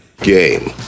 Game